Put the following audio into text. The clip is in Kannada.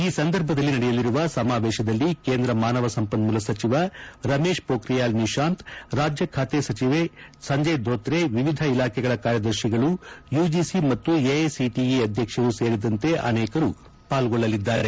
ಈ ಸಂದರ್ಭದಲ್ಲಿ ನಡೆಯಲಿರುವ ಸಮಾವೇಶದಲ್ಲಿ ಕೇಂದ್ರ ಮಾನವಸಂಪನ್ನೂಲ ಸಚಿವ ರಮೇಶ್ ಪೋಕ್ರಿಯಾಲ್ ನಿಶಾಂತ್ ರಾಜ್ಯ ಖಾತೆ ಸಚಿವೆ ಸಂಜಯ್ ದೋತ್ರೆ ವಿವಿಧ ಇಲಾಖೆಗಳ ಕಾರ್ಯದರ್ತಿಗಳು ಯುಜಿಸಿ ಮತ್ತು ಎಐಸಿಟಿಇ ಅಧ್ಯಕ್ಷರು ಸೇರಿದಂತೆ ಅನೇಕರು ಪಾಲ್ಗೊಳ್ಟಲಿದ್ದಾರೆ